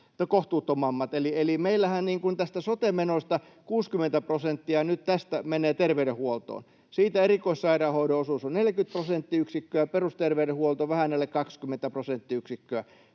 meillähän näistä sote-menoista 60 prosenttia nyt menee terveydenhuoltoon. Siitä erikoissairaanhoidon osuus on 40 prosenttiyksikköä, perusterveydenhuolto vähän alle 20 prosenttiyksikköä,